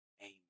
Amen